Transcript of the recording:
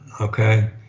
Okay